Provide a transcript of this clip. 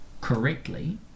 correctly